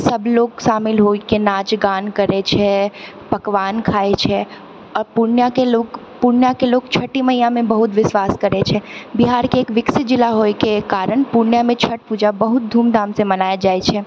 सबलोग शामिल होइके नाच गान करै छै पकवान खाइ छै आओर पूर्णियाके लोग पूर्णियाके लोग छठी मैयामे बहुत विश्वास करै छै बिहारके एक विकसित जिला होइके कारण पूर्णियामे छठ पूजा बहुत धूम धामसँ मनायल जाइ छै